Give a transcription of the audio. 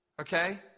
okay